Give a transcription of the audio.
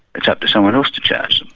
it's up to someone else to charge them.